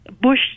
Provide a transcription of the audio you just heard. bush